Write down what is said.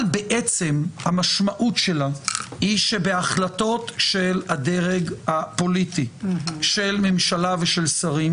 אבל בעצם המשמעות שלה היא שבהחלטות של הדרג הפוליטי של ממשלה ושל שרים,